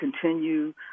continue